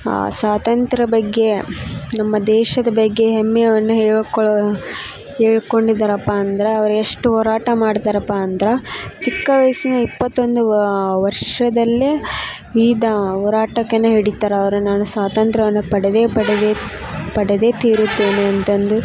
ಆ ಸ್ವಾತಂತ್ರ್ಯ ಬಗ್ಗೆ ನಮ್ಮ ದೇಶದ ಬಗ್ಗೆ ಹೆಮ್ಮೆಯನ್ನ ಹೇಳ್ಕೊಳ್ಳೋ ಹೇಳ್ಕೊಂಡಿದ್ದಾರಪ್ಪ ಅಂದರ ಅವ್ರೆಷ್ಟು ಹೋರಾಟ ಮಾಡ್ತಾರಪ್ಪ ಅಂದರ ಚಿಕ್ಕ ವಯಸ್ಸಿನ ಇಪ್ಪತ್ತೊಂದು ವರ್ಷದಲ್ಲೇ ಈತ ಹೋರಾಟಕ್ಕೆನೇ ಹಿಡಿತಾರ ಅವರು ನಾನು ಸ್ವಾತಂತ್ರ್ಯವನ್ನು ಪಡೆದೇ ಪಡೆದೇ ಪಡೆದೇ ತೀರುತ್ತೇನೆಂತಂದು